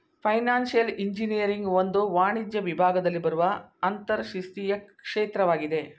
financial engineering ಒಂದು ವಾಣಿಜ್ಯ ವಿಭಾಗದಲ್ಲಿ ಬರುವ ಅಂತರಶಿಸ್ತೀಯ ಕ್ಷೇತ್ರವಾಗಿದೆ